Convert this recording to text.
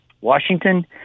Washington